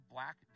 Black